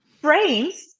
frames